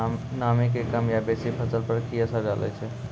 नामी के कम या बेसी फसल पर की असर डाले छै?